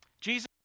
Jesus